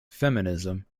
feminism